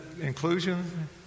inclusion